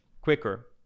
quicker